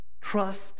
Trust